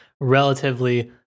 relatively